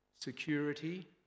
security